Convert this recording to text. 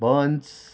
buns